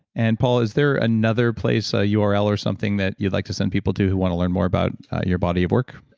and paul is there another place, ah a url or something that you'd like to send people to, who'd want to learn more about your body of work?